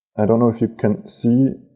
i don't know if you can see.